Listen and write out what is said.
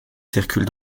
circule